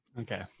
Okay